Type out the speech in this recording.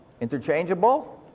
interchangeable